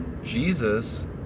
Jesus